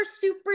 super